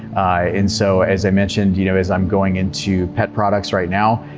and so, as i mentioned, you know, as i'm going into pet products right now,